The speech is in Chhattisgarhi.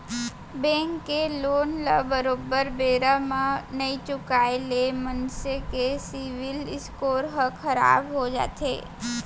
बेंक के लोन ल बरोबर बेरा म नइ चुकाय ले मनसे के सिविल स्कोर ह खराब हो जाथे